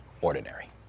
ordinary